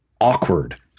awkward